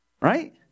Right